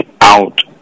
out